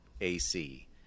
AC